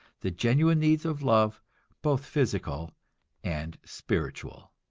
the genuine needs of love both physical and spiritual.